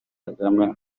kagame